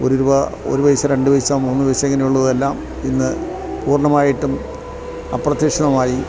ഒരു രൂപ ഒരു പൈസ രണ്ടു പൈസ മൂന്നു പൈസ ഇങ്ങനെയുള്ളതെല്ലാം ഇന്നു പൂർണ്ണമായിട്ടും അപ്രത്യക്ഷമായി